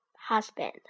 husband